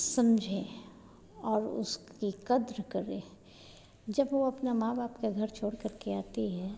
समझें और उसकी क़द्र करें जब वह अपना माँ बाप का घर छोड़कर के आती है